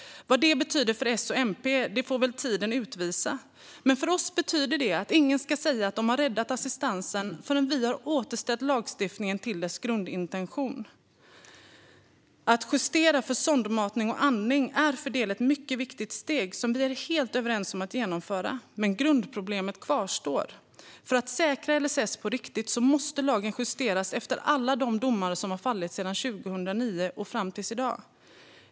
Vad det betyder för S och MP får väl tiden utvisa. Men för oss betyder det att ingen ska säga sig ha räddat assistansen förrän vi har återställt lagstiftningen till dess grundintention. Att justera för sondmatning och andning är för all del ett mycket viktigt steg som vi är helt överens om att genomföra, men grundproblemet kvarstår. För att säkra LSS på riktigt måste lagen justeras efter alla de domar som fallit från 2009 och fram till i dag.